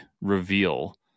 reveal